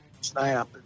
snap